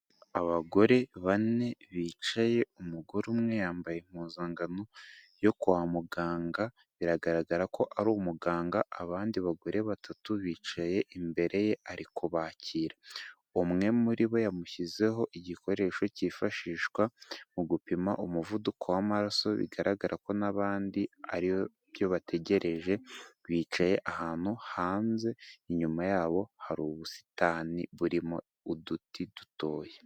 Abagore bane bicaye, umugore umwe yambaye impuzangano yo kwa muganga, biragaragara ko ari umuganga, abandi bagore batatu bicaye imbere ye ariko bakira, umwe muri bo yamushyizeho igikoresho cyifashishwa mu gupima umuvuduko w'amaraso, bigaragara ko n'abandi ari byo bategereje bicaye ahantu hanze, inyuma yabo hari ubusitani burimo uduti dutoya.